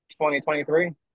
2023